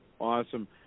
Awesome